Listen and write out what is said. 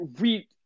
we-